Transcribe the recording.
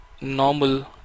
normal